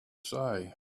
say